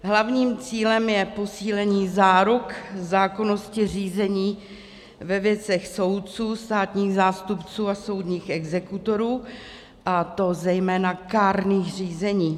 Hlavním cílem je posílení záruk zákonnosti řízení ve věcech soudců, státních zástupců a soudních exekutorů, a to zejména kárných řízení.